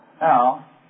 Now